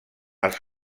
als